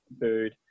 food